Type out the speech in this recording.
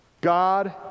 God